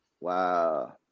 Wow